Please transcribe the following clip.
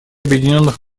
объединенных